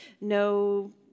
no